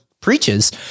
preaches